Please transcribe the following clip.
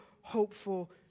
hopeful